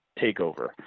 takeover